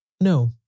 No